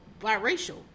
biracial